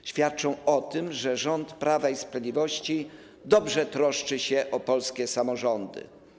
To świadczy o tym, że rząd Prawa i Sprawiedliwości dobrze troszczy się o polskie samorządy.